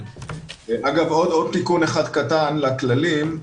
אגב, עוד תיקון אחד קטן לכללים.